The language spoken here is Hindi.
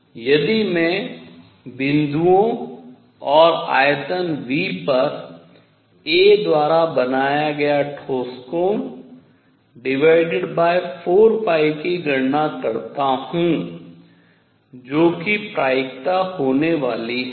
इसलिए यदि मैं बिंदुओं और आयतन V पर a द्वारा बनाया गया ठोस कोण 4π की गणना करता हूँ जो कि प्रायिकता होने वाली है